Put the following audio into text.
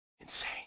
Insane